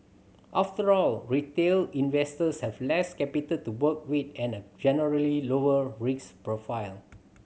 after all retail investors have less capital to work with and a generally lower risk profile